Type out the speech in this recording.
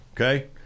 okay